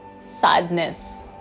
sadness